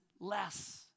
less